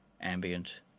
Ambient